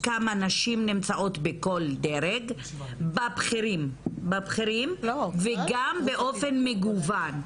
כמה נשים נמצאות בכל דרג בבכירים וגם באופן מגוון.